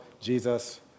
Jesus